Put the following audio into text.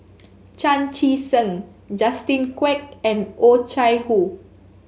Chan Chee Seng Justin Quek and Oh Chai Hoo